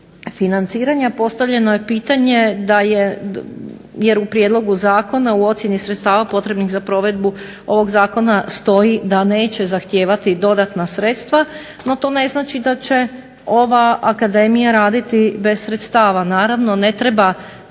financiranja, postavljeno je pitanje da je, jer u prijedlogu zakona u ocjeni sredstava potrebnim za provedbu ovog zakona stoji da neće zahtijevati dodatna sredstva no to ne znači da će ova akademija raditi bez sredstava. Naravno, vjerojatno